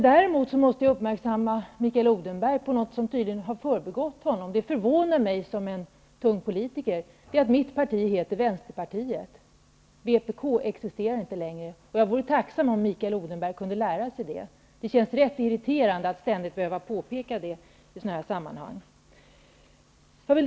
Däremot måste jag uppmärksamma Mikael Odenberg på något som tydligen har förbigått honom som tung politiker, vilket förvånar mig. Mitt parti heter Vänsterpartiet. Vpk existerar inte längre. Jag vore tacksam om Mikael Odenberg kunde lära sig det. Det känns rätt irriterande att ständigt behöva påpeka det i sådana här sammanhang.